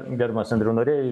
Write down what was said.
gerbiamas andriau norėjai